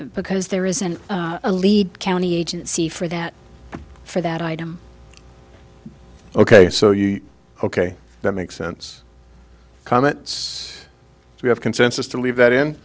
because there isn't a lead county agency for that for that item ok so you ok that makes sense comments we have consensus to leave that in